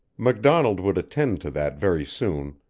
macdonald would attend to that very soon,